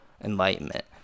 enlightenment